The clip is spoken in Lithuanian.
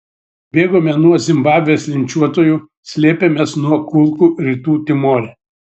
bėgome nuo zimbabvės linčiuotojų slėpėmės nuo kulkų rytų timore